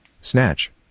Snatch